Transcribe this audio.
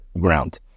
ground